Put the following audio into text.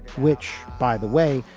which, by the way,